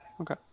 Okay